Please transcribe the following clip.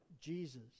Jesus